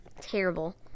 Terrible